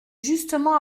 justement